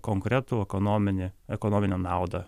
konkretų ekonominį ekonominę naudą